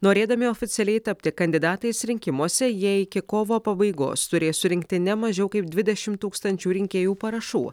norėdami oficialiai tapti kandidatais rinkimuose jie iki kovo pabaigos turės surinkti ne mažiau kaip dvidešimt tūkstančių rinkėjų parašų